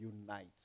unite